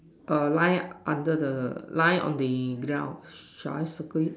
err lie under the lie on the ground shall I circle it